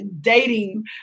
dating